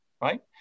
right